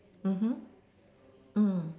mmhmm mm